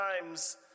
times